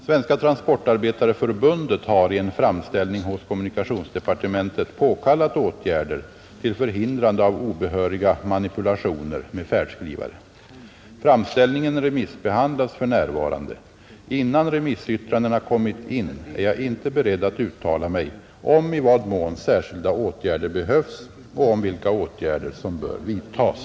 Svenska transportarbetareförbundet har i en framställning hos kommunikationsdepartementet påkallat åtgärder till förhindrande av obehöriga manipulationer med färdskrivare, Framställningen remissbehandlas för närvarande, Innan remissyttrandena kommit in är jag inte beredd att uttala mig om i vad mån särskilda åtgärder behövs och om vilka åtgärder som bör vidtas.